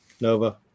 Nova